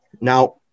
Now